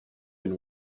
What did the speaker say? been